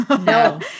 No